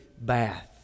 bath